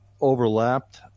overlapped